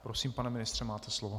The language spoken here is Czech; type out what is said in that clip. Prosím, pane ministře, máte slovo.